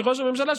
מראש הממשלה,